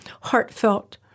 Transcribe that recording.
heartfelt